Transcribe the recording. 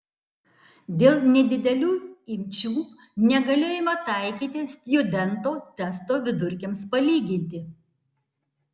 dėl nedidelių imčių negalėjome taikyti stjudento testo vidurkiams palyginti